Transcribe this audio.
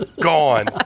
gone